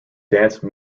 dance